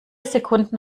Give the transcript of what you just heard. sekunden